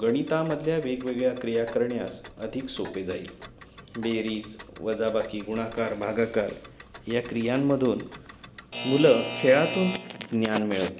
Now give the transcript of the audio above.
गणितामधल्या वेगवेगळ्या क्रिया करण्यास अधिक सोपे जाईल बेरीज वजाबाकी गुणाकार भागकार या क्रियांमधून मुलं खेळातून ज्ञान मिळवतील